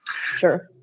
Sure